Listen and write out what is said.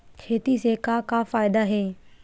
खेती से का का फ़ायदा हे?